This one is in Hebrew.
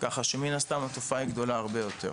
ככה שמן הסתם התופעה היא גדולה הרבה יותר.